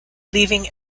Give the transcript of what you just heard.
leaving